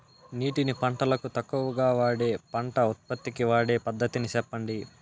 నీటిని పంటలకు తక్కువగా వాడే పంట ఉత్పత్తికి వాడే పద్ధతిని సెప్పండి?